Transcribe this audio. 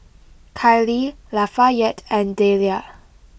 Kiley Lafayette and Dellia